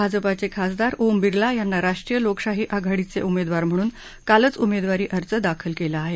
भाजपाचे खासदार ओम बिर्ला यांना राष्ट्रीय लोकशाही आघाडीचे उमेदवार म्हणून कालच उमेदवारी अर्ज दाखल केला आहे